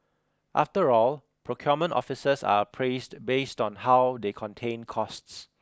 after all procurement officers are appraised based on how they contain costs